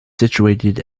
situated